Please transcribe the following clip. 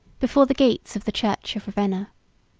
before the gates of the church of ravenna.